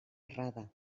errada